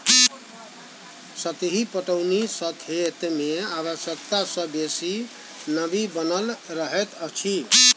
सतही पटौनी सॅ खेत मे आवश्यकता सॅ बेसी नमी बनल रहैत अछि